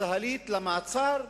צה"לית למעצר.